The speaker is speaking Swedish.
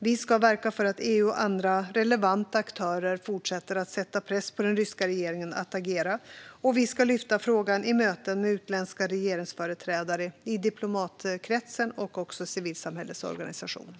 Vi ska verka för att EU och andra relevanta aktörer fortsätter att sätta press på den ryska regeringen att agera. Vi ska också lyfta frågan i möten med utländska regeringsföreträdare, i diplomatkretsen och med civilsamhällets organisationer.